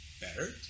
better